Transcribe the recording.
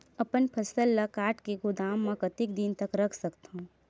अपन फसल ल काट के गोदाम म कतेक दिन तक रख सकथव?